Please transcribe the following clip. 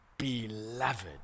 beloved